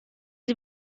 sie